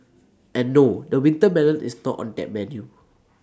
and no the winter melon is not on that menu